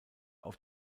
auf